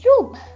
room